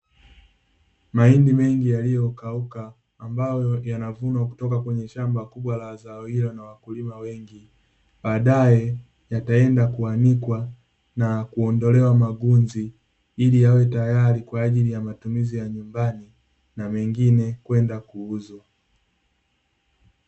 Mahindi mengi yaliyokauka ambayo yanavunwa kutoka kwenye shamba kubwa la zao hilo na wakulima wengi, baadaye yataenda kuanikwa, na kuondolewa magunzi, ili yawe tayari kwa ajili ya matumizi ya nyumbani, na mengine kwenda kuuzwa.